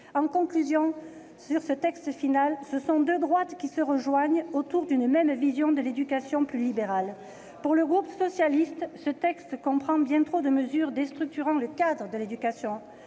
En conclusion, ce sont deux droites qui se rejoignent autour d'une même vision de l'éducation, plus libérale. Pour le groupe socialiste, ce texte comprend bien trop de mesures déstructurant le cadre national de l'éducation.